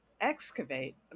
Excavate